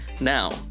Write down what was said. Now